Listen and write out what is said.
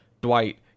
dwight